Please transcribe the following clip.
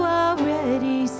already